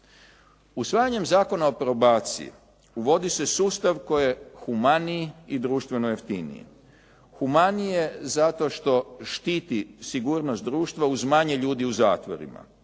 Usvajanjem Zakona o probaciji uvodi se sustav koji je humaniji i društveno jeftiniji. Humaniji je zato što štiti sigurnost društva uz manje ljudi u zatvorima.